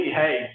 hey